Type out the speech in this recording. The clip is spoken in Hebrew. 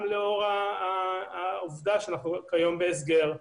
גם לאור העובדה שאנחנו כיום בהסגר,